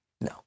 No